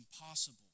impossible